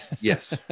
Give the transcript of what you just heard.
Yes